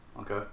Okay